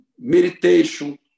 meditation